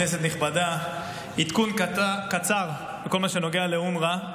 כנסת נכבדה, עדכון קצר בכל מה שנוגע לאונר"א: